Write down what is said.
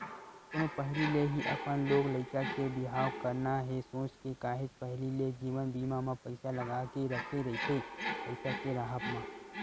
कोनो पहिली ले ही अपन लोग लइका के बिहाव करना हे सोच के काहेच पहिली ले जीवन बीमा म पइसा लगा के रखे रहिथे पइसा के राहब म